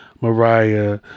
Mariah